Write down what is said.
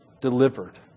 delivered